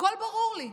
הכול ברור לי.